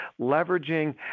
leveraging